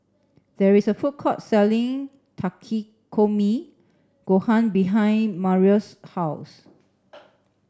there is a food court selling Takikomi Gohan behind Marius' house